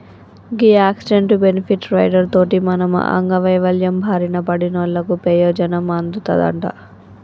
గీ accident, benefit rider తోటి మనం అంగవైవల్యం బారిన పడినోళ్ళకు పెయోజనం అందుతదంట